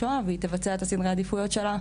השואה של הממשלה הקודמת נשארות עדיין רק על הנייר.